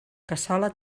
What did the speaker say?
cassola